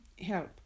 help